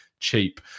cheap